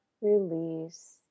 release